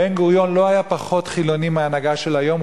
בן-גוריון לא היה פחות חילוני מההנהגה של היום,